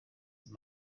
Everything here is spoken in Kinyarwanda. safi